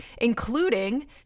including